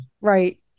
Right